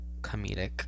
comedic